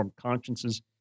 consciences